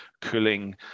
cooling